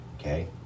Okay